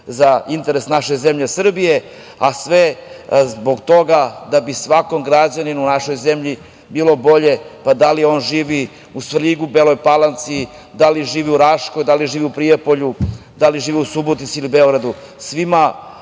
za interes naše zemlje Srbije, a sve zbog toga da bi svakom građaninu naše zemlje, bilo bolje, pa da li on živi u Svrljigu, Beloj Palanci, da li živi u Raškoj, Prijepolju, u Subotici, Beogradu,